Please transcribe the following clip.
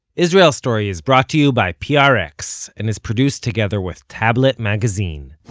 israel story is brought to you by prx, and is produced together with tablet magazine